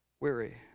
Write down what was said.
weary